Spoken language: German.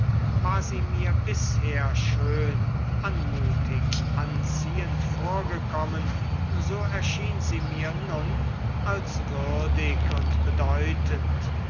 war sie mir bisher schön anmutig anziehend vorgekommen so erschien sie mir nun als würdig und bedeutend